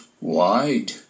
wide